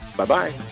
Bye-bye